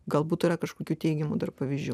galbūt yra kažkokių teigiamų pavyzdžių